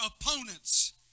opponents